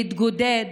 להתגודד,